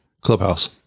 Clubhouse